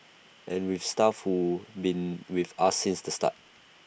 and we've staff who've been with us since the start